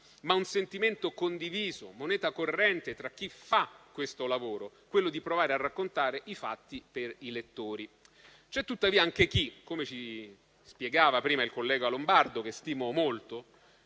ma un sentimento condiviso, moneta corrente tra chi fa questo lavoro, quello di provare a raccontare i fatti per i lettori. Come ci spiegava prima il collega Lombardo, che stimo molto,